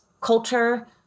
culture